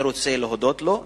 אני רוצה להודות לו,